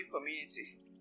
community